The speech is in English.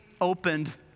opened